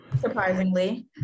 surprisingly